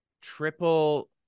triple